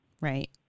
Right